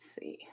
see